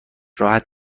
راحت